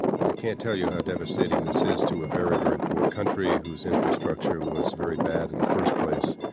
i can't tell you how devastating this is to a very, very poor country, whose infrastructure was very bad in the first place,